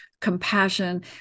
compassion